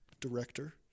director